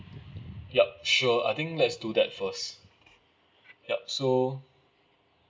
yup sure I think let's do that first yup so